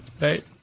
Right